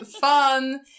fun